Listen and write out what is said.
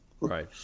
Right